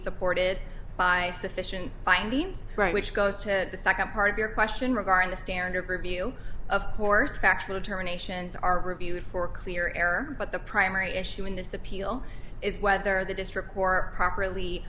supported by sufficient findings right which goes to the second part of your question regarding the standard review of course factual terminations are reviewed for clear error but the primary issue in this appeal is whether the district more properly